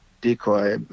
decoy